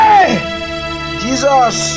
Jesus